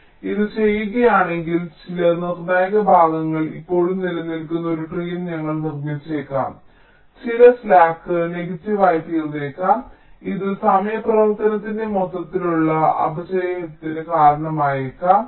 ഞങ്ങൾ ഇത് ചെയ്യുകയാണെങ്കിൽ ചില നിർണായക ഭാഗങ്ങൾ ഇപ്പോഴും നിലനിൽക്കുന്ന ഒരു ട്രീ ഞങ്ങൾ നിർമ്മിച്ചേക്കാം ചില സ്ലാക്ക് നെഗറ്റീവ് ആയിത്തീർന്നേക്കാം ഇത് സമയ പ്രവർത്തനത്തിന്റെ മൊത്തത്തിലുള്ള അപചയത്തിന് കാരണമായേക്കാം